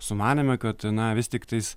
sumanėme kad na vis tiktais